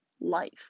life